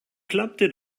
klappte